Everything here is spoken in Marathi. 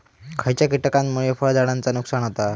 खयच्या किटकांमुळे फळझाडांचा नुकसान होता?